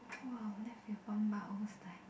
!wow! left with one bar almost die